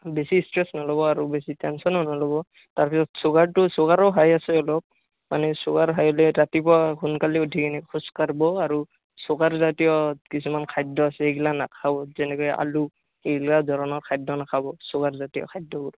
বেছি ষ্ট্ৰেছ নল'ব আৰু বেছি টেনশ্যনও নল'ব তাৰপিছত চুগাৰটো চুগাৰো হাই আছে অলপ মানে চুগাৰ হাই হ'লে ৰাতিপুৱা সোনকালে উঠি খোজ কাৰিব আৰু চুগাৰ জাতীয় কিছুমান খাদ্য আছে সেইগিলা নাখাব যেনেকৈ আলু এইবিলাক ধৰণৰ খাদ্য নাখাব চুগাৰ জাতীয় বস্তু